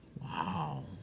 Wow